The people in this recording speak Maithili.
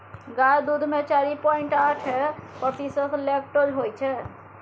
गाय दुध मे चारि पांइट आठ प्रतिशत लेक्टोज होइ छै